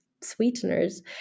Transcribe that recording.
sweeteners